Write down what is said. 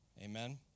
Amen